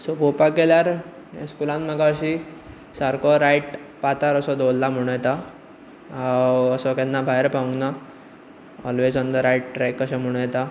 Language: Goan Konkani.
तर पळोवपाक गेल्यार स्कुलान म्हाका हरशी म्हाका सारको रायट पातार असो दवरला असो म्हणू येता सो केन्ना भायर पावूंक ना always on the right track म्हणू येता